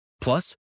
Plus